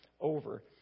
over